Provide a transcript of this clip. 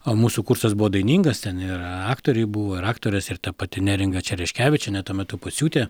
o mūsų kursas buvo dainingas ten ir aktoriai buvo ir aktorės ir ta pati neringa čereškevičienė tuo metu pociūtė